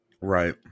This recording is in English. Right